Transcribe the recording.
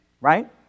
right